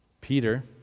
Peter